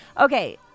Okay